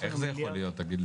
איך זה יכול להיות?